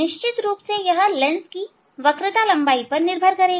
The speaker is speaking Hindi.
निश्चित रूप से यह लेंस की वक्रता लंबाई पर निर्भर करेगा